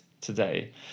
today